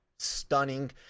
stunning